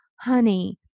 Honey